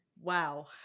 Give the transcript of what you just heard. Wow